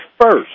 first